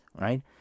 right